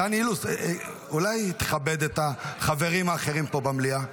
אולי תכבד את החברים האחרים פה במליאה?